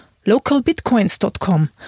LocalBitcoins.com